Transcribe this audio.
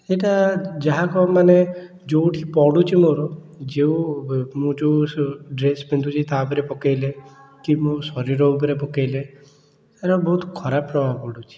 ଏଇଟା ଯାହା କହମାନେ ଯେଉଁଠି ପଡ଼ୁଛି ମୋର ଯେଉଁ ମୋ ଯେଉଁ ସ ଡ୍ରେସ୍ ପିନ୍ଧୁଛି ତା ଉପରେ ପକାଇଲେ କି ମୋ ଶରୀର ଉପରେ ପକାଇଲେ ଆର ବହୁତ ଖରାପ ପ୍ରଭାବ ପଡ଼ୁଛି